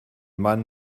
mann